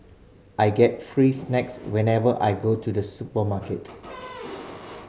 I get free snacks whenever I go to the supermarket